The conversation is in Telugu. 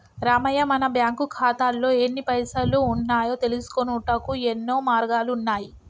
రామయ్య మన బ్యాంకు ఖాతాల్లో ఎన్ని పైసలు ఉన్నాయో తెలుసుకొనుటకు యెన్నో మార్గాలు ఉన్నాయి